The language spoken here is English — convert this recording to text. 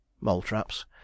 mole-traps